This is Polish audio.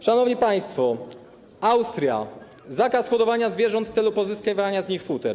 Szanowni państwo: Austria - zakaz hodowania zwierząt w celu pozyskiwania z nich futer.